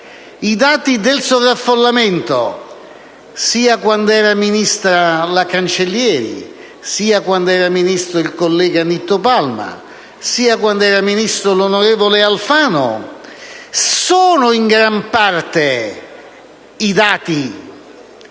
Quelli del sovraffollamento, sia quando era ministro l'onorevole Cancellieri, sia quando era ministro il collega Nitto Palma, sia quando era ministro l'onorevole Alfano sono in gran parte dati